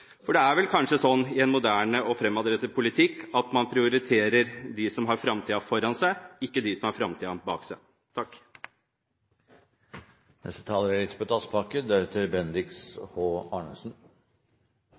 live. Det er vel kanskje slik i en moderne og fremadrettet politikk, at man prioriterer dem som har framtiden foran seg, og ikke dem som har framtiden bak seg.